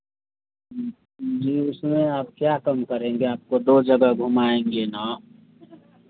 जी उसमें आप क्या कम करेंगे आपको दो जगह घुमाएँगे ना